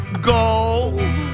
go